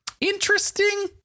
interesting